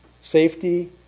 safety